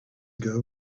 ago